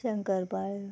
शंकरपाळ्यो